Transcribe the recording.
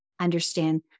understand